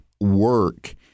work